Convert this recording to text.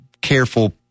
careful